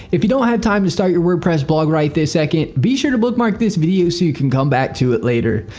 if you don't have time to start your wordpress blog right this second be sure to bookmark this video so you can come back to it later.